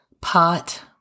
Pot